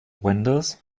vendors